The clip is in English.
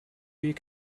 you